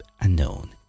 unknown